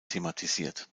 thematisiert